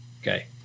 Okay